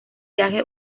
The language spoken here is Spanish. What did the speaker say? viaje